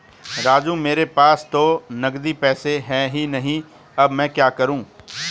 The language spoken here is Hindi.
राजू मेरे पास तो नगदी पैसे है ही नहीं अब मैं क्या करूं